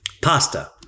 Pasta